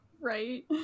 right